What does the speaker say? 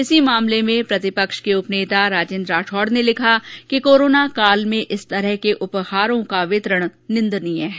इस मामले में प्रतिपक्ष के उपनेता राजेन्द्र राठौड ने लिखा कि कोरोना काल में इस तरह के उपहारों का वितरण निन्दनीय है